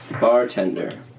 bartender